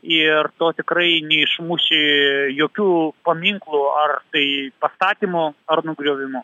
ir to tikrai neišmuši jokiu paminklu ar tai pastatymu ar nugriovimu